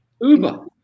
Uber